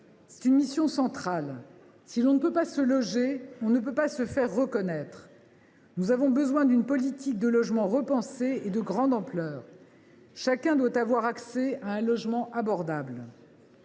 C’est une mission centrale. Si l’on ne peut pas se loger, on ne peut pas être reconnu. Nous avons besoin d’une politique de logement repensée et de grande ampleur. Chacun doit avoir accès à un logement abordable.